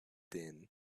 din